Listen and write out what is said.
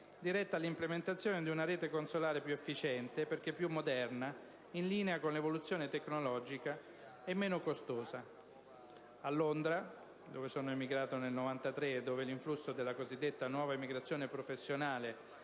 diretta all'implementazione di una rete consolare più efficiente perché più moderna, in linea con l'evoluzione tecnologica, e meno costosa. A Londra, dove sono emigrato nel 1993 e dove l'influsso della cosiddetta nuova emigrazione professionale